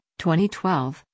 2012